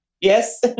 Yes